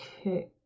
okay